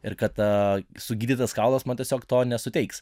ir kad sugydytas kaulas man tiesiog to nesuteiks